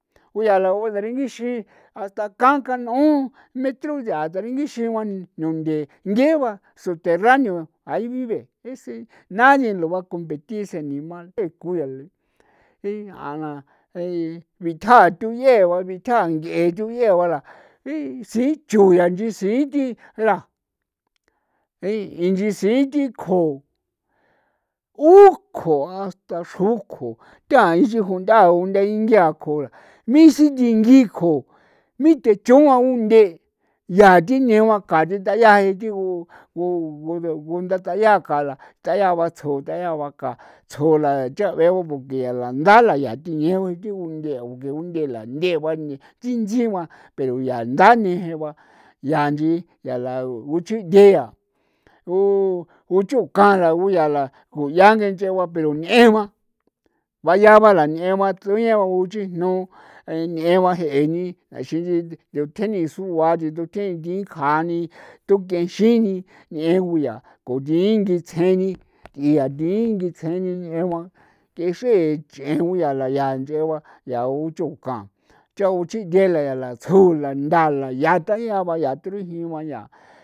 Ku yaa daringixi hasta kan kan'on metro yaa daringuixii nunthe nthe ba su ngigua subterráneo ahi vive ese nadie lo va competir ese animal eku yale bitha'a tuyee ba bitha'a ngee tuyee ba sii cho ngi ti sii nchi ti ra ntsisi thikjo ukjoko hasta kjoko ta ixin undaa iko mixin thingi kjo mixin techua undee yaa ti neba ko yaa ti dayaa tjigu gu gunda ta ya ko nda tayaa ba ka ko tayaa ba tsjo ko tayaa ba ka tsjo porque yaa ba ndala undela ndegua ixin pero yaa ndaneje ba yaa nchi yaa uchii u uchuka la guu ya la ke nchee ba peo ndela bayaa ba la ñeba tuñaoe la kuxijno ñee ba jee ni ti dutheni sugua duteni ti kjaa ni tunkexi ni nieguya thingi tsjeni yaa tingi tsjeni niegua kexree ch'en guya la ya nch'egua yao chukan yao chige la ya la tsjon la ntha la yaatha la ba ti yaa ba.